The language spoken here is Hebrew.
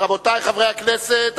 רבותי חברי הכנסת,